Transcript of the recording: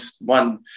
one